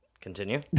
Continue